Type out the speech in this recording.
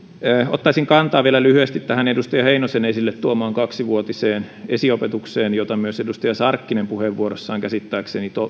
ottaisin kantaa vielä lyhyesti tähän edustaja heinosen esille tuomaan kaksivuotiseen esiopetukseen jota myös edustaja sarkkinen puheenvuorossaan käsittääkseni